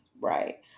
right